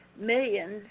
millions